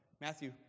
Matthew